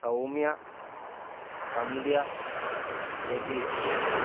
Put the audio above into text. Soumya Sandhya Rajeesh